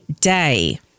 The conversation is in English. day